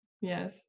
Yes